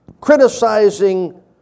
criticizing